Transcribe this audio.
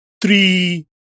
three